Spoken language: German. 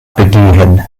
begehen